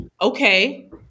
Okay